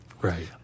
right